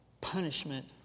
punishment